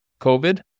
COVID